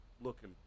looking